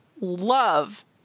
love